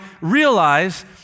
realize